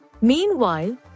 Meanwhile